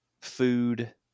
food